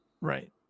Right